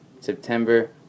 September